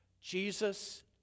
Jesus